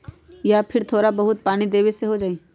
या फिर थोड़ा बहुत पानी देबे से हो जाइ?